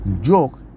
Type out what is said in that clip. joke